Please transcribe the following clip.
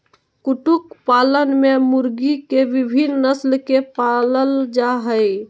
कुकुट पालन में मुर्गी के विविन्न नस्ल के पालल जा हई